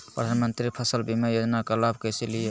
प्रधानमंत्री फसल बीमा योजना का लाभ कैसे लिये?